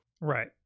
Right